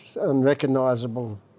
unrecognisable